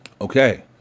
okay